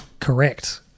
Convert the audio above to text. correct